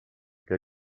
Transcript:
què